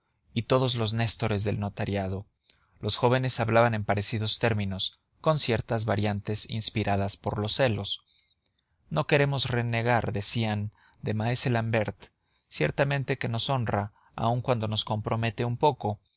y todos los nestores del notariado los jóvenes hablaban en parecidos términos con ciertas variantes inspiradas por los celos no queremos renegar decían de maese l'ambert ciertamente que nos honra aun cuando nos compromete un poco